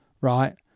right